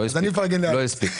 משהו,